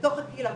בתוך הקהילה,